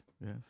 yes